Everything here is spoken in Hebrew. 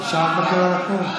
למה?